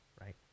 right